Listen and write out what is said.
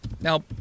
Now